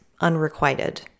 unrequited